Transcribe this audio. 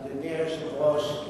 אדוני היושב-ראש,